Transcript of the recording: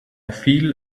feel